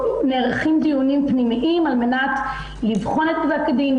נערכים דיונים פנימיים עם הדרג הבכיר על מנת לבחון את פסק הדין,